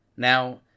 Now